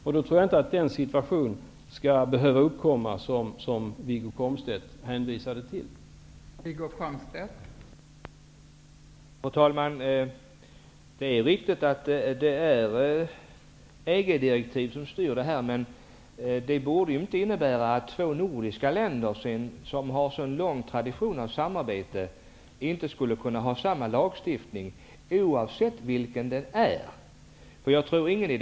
Jag tror inte att den situation som Wiggo Komstedt hänvisade till skall behöva uppkomma.